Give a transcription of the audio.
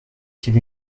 quel